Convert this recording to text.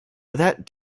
that